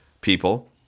people